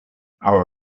our